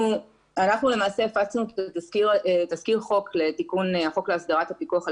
אנחנו הפצנו תסקיר חוק לתיקון החוק להסדרת הפיקוח על